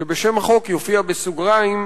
שבשם החוק יופיע בסוגריים: